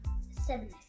seven